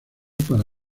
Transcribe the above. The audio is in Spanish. para